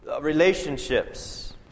Relationships